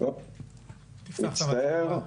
אני מצטער.